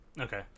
Okay